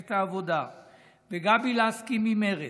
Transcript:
ממפלגת העבודה וגבי לסקי ממרצ.